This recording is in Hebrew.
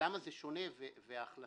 ולמה זה שונה וההחלטה